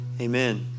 Amen